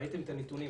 ראיתם את הנתונים,